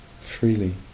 freely